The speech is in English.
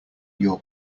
your